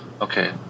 Okay